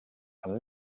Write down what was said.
amb